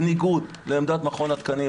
בניגוד לעמדת מכון התקנים,